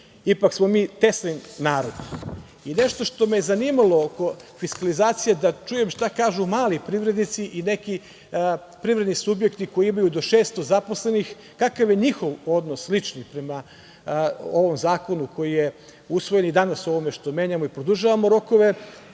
Ipak smo mi Teslin narod. Nešto što me je zanimalo oko fiskalizacije da čujem šta kažu mali privrednici i neki privredni subjekti koji imaju do 600 zaposlenih kakav je njihov odnos lični prema ovom zakonu koji je usvojen i danas o ovome što menjamo i produžavamo rokove.